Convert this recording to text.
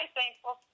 thankful